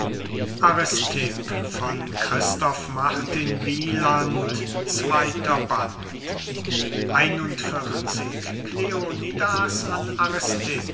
nahmen christoph martin wieland i aristipp an kleonidas in